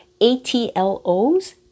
ATLOs